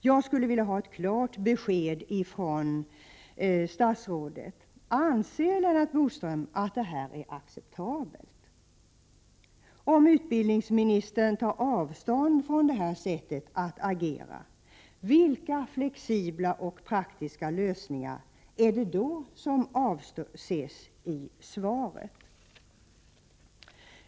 Jag skulle vilja ha ett klart besked från statsrådet: Anser Lennart Bodström att detta är acceptabelt? Om utbildningsministern tar avstånd från detta sätt att agera, vilka flexibla och praktiska lösningar är det då som avses i svaret?